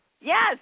Yes